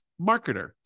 marketer